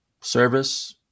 Service